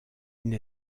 une